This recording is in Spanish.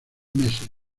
meses